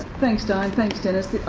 thanks di, thanks dennis,